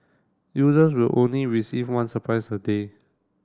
users will only receive one surprise a day